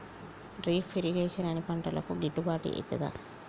Drip irrigation అన్ని పంటలకు గిట్టుబాటు ఐతదా?